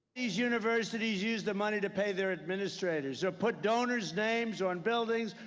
these universities use the money to pay their administrators or put donors' names on buildings,